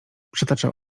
przytacza